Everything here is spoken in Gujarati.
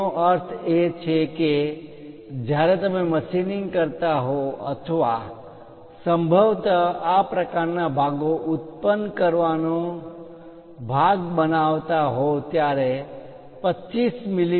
તેનો અર્થ એ કે જ્યારે તમે મશીનિંગ કરતા હો અથવા સંભવત આ પ્રકારના ભાગો ઉત્પન્ન કરવાનો ભાગ બનાવતા હોવ ત્યારે 25 મી